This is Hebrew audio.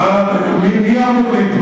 מי אמור להתלונן,